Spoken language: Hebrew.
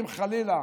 ואם חלילה